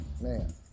man